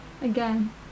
again